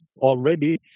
already